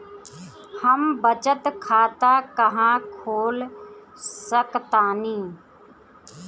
हम बचत खाता कहां खोल सकतानी?